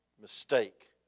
mistake